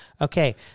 Okay